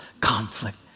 conflict